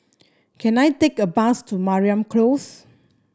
can I take a bus to Mariam Close